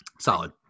Solid